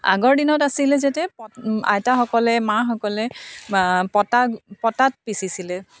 আগৰ দিনত আছিলে যে আইতাসকলে মাসকলে পটাত পটাত পিচিছিলে